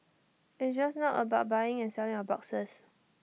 it's just not about buying and selling of boxes